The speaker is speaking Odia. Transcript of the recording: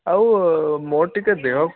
ଆଉ ମୋର ଟିକେ ଦେହ